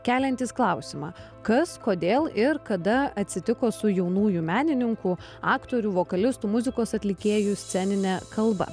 keliantys klausimą kas kodėl ir kada atsitiko su jaunųjų menininkų aktorių vokalistų muzikos atlikėjų scenine kalba